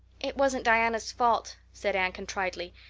it wasn't diana's fault, said anne contritely.